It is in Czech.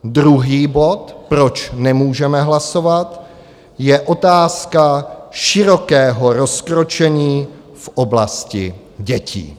Druhý bod, proč nemůžeme hlasovat, je otázka širokého rozkročení v oblasti dětí.